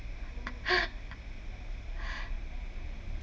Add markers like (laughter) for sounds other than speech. (breath)